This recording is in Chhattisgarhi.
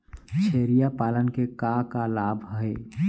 छेरिया पालन के का का लाभ हे?